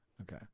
Okay